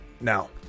now